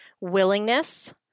willingness